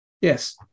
Yes